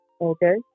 okay